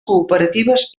cooperatives